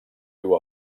viu